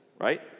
right